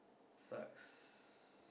sucks